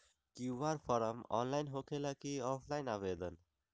QR form online होकेला कि offline आवेदन?